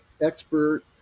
expert